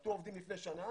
קלטו עובדים לפני שנה